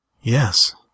Yes